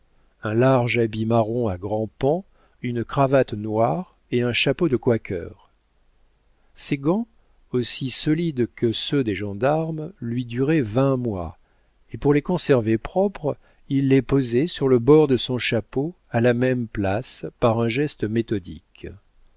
un large habit marron à grands pans une cravate noire et un chapeau de quaker ses gants aussi solides que ceux des gendarmes lui duraient vingt mois et pour les conserver propres il les posait sur le bord de son chapeau à la même place par un geste méthodique